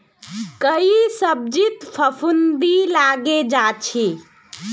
कई सब्जित फफूंदी लगे जा छे